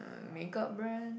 makeup brand